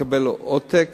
לקבל עותק